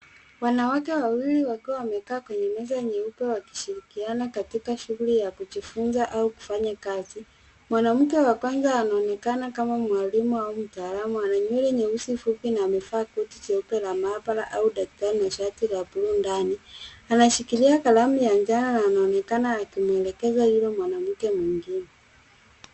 Wanawake wawili wakiwa wamekaa kwenye meza nyeupe wakishirikiana katika shughuli ya kujifunza au kufanya kazi. Mwanamke wa kwanza ananonekana kama mwalimu au mtaalamu ana nywele nyeusi fupi na amevaa koti jeupe ya maabara au daktari na shati ya buluu ndani. Ameshikilia kalamu ya jano na anaonekana akimwelekeze yule mwanamke mwingine.